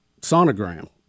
sonogram